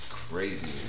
crazy